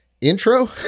intro